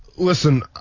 Listen